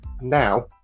now